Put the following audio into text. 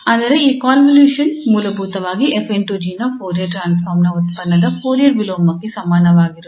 ಅಂದರೆ ಈ ಕಾಂವೊಲ್ಯೂಷನ್ ಮೂಲಭೂತವಾಗಿ 𝑓 ∗ 𝑔 ನ ಫೋರಿಯರ್ ಟ್ರಾನ್ಸ್ಫಾರ್ಮ್ ನ ಉತ್ಪನ್ನದ ಫೋರಿಯರ್ ವಿಲೋಮಕ್ಕೆ ಸಮಾನವಾಗಿರುತ್ತದೆ